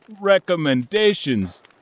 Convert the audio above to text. recommendations